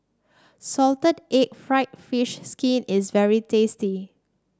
Salted Egg fried fish skin is very tasty